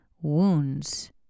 wounds